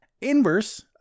Inverse